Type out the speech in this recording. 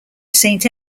saint